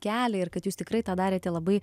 kelią ir kad jūs tikrai tą darėte labai